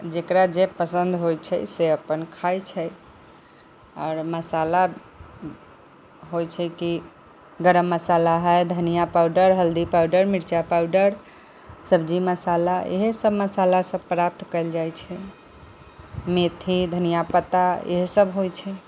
जकरा जे पसन्द होइ छै से अपन खाइ छै आओर मसाला होइ छै कि गरम मसाला हइ धनिया पाउडर हल्दी पाउडर मिरचाइ पाउडर सब्जी मसाला इएहसब मसालासब प्राप्त कएल जाइ छै मेथी धनिआ पत्ता इएहसब होइ छै